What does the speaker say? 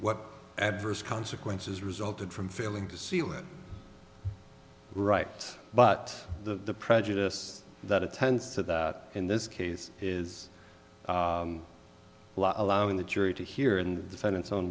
what adverse consequences resulted from failing to seal it right but the prejudice that it tends to that in this case is law allowing the jury to hear and defend its own